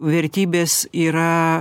vertybės yra